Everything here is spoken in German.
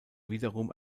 wiederum